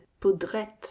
poudrette